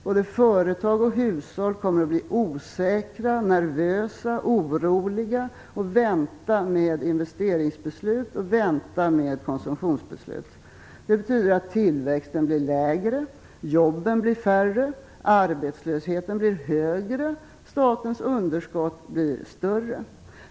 Både företag och hushåll kommer att bli osäkra, nervösa, oroliga och vänta med investeringsbeslut och konsumtionsbeslut. Det betyder att tillväxten blir lägre, jobben färre, arbetslösheten högre och statens underskott blir större.